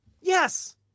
Yes